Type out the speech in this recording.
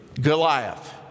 Goliath